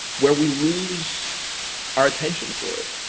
where we lose our attention for it.